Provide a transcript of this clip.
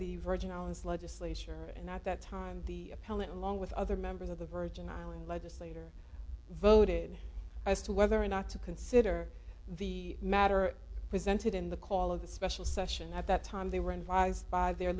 the virgin islands legislature and at that time the appellant along with other members of the virgin island legislator voted as to whether or not to consider the matter presented in the call of the special session at that time they were and rise